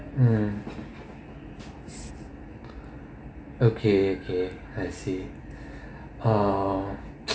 mm okay okay I see uh